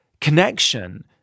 connection